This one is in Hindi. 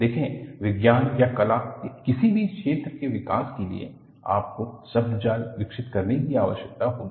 देखें विज्ञान या कला के किसी भी क्षेत्र के विकास के लिए आपको शब्दजाल विकसित करने की आवश्यकता होगी